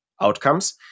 outcomes